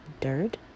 dirt